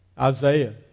Isaiah